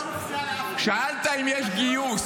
שאלת אם יש גיוס,